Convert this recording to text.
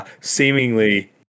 seemingly